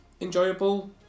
enjoyable